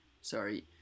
sorry